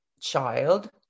child